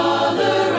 Father